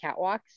catwalks